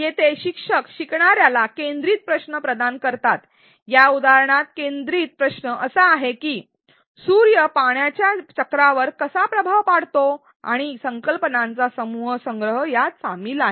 येथे शिक्षक शिकणार्याला केंद्रित प्रश्न प्रदान करतात या उदाहरणात केंद्रित प्रश्न असा आहे की सूर्य पाण्याच्या चक्रावर कसा प्रभाव पाडतो आणि संकल्पनांचा समूह संग्रह यात सामील आहे